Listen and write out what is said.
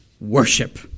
Worship